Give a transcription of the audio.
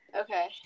Okay